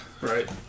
Right